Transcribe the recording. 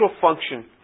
function